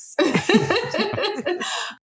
yes